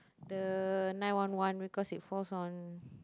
the nine one one record is falls on